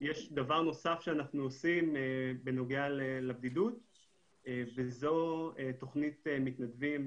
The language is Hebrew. יש דבר נוסף שאנחנו עושים בנוגע לבדידות וזו תכנית מתנדבים,